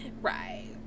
right